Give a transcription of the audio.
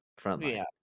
Frontline